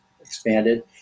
expanded